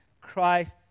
Christ